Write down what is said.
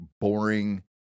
boring